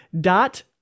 dot